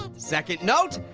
ah second note,